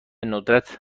ندرت